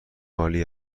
عالی